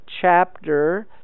chapter